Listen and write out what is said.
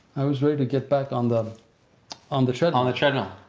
i was ready to get back on the on the treadmill. on the treadmill.